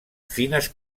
fines